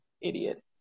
idiot